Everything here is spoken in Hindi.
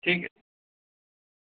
ठीक है